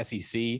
sec